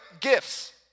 gifts